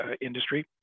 industry